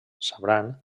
sabran